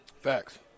Facts